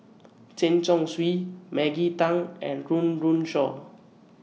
Chen Chong Swee Maggie Teng and Run Run Shaw